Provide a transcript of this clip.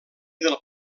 del